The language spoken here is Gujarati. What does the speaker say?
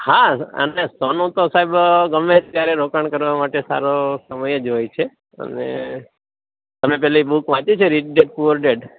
હા અને સોનું તો સાહેબ ગમે ત્યારે રોકાણ કરવા માટે સારો સમય જ હોય છે અને તમે પેલી બૂક વાંચી છે રીચ ડેડ પૂઅર ડેડ